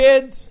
kids